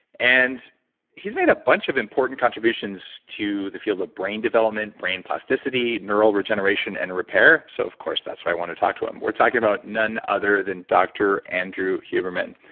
and he's made a bunch of important contributions to the field of brain development, brain plasticity, neural regeneration and repair, so of course that's why i want to talk to him. we're talking about none other than dr. andrew huberman.